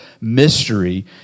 mystery